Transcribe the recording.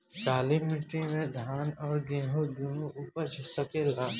काली माटी मे धान और गेंहू दुनो उपज सकेला?